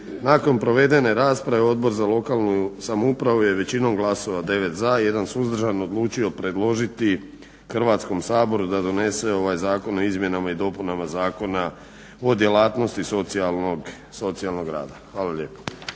Nakon provedene rasprave Odbor za lokalnu samoupravu je većinom glasova, 9 za i 1 suzdržan odlučio predložiti Hrvatskom saboru da donese ovaj Zakon o izmjenama i dopunama Zakona o djelatnosti socijalnog rada. Hvala lijepa.